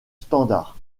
standard